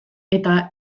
eta